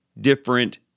different